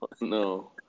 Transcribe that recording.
No